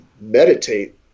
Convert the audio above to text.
meditate